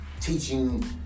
teaching